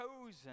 chosen